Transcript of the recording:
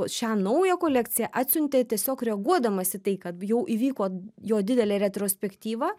šią naują kolekciją atsiuntė tiesiog reaguodamas į tai kad jau įvyko jo didelė retrospektyva